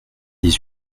dix